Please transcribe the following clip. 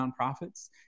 nonprofits